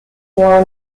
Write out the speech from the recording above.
four